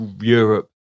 Europe